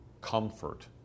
comfort